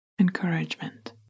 encouragement